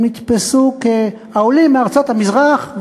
הם נתפסו כעולים מארצות המזרח,